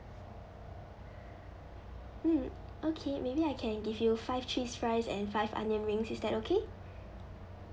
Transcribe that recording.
mm okay maybe I can give you five cheese fries and five onion rings is that okay